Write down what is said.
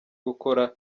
gukora